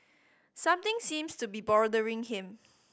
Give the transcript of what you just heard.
something seems to be bothering him